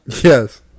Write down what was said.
Yes